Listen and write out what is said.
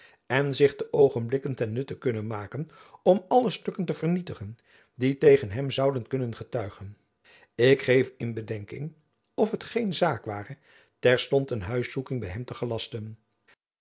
en zich de oogenblikken ten nutte kunnen maken om alle stukken te vernietigen die tegen hem zouden kunnen getuigen ik geef in bedenking of het geen zaak ware terstond een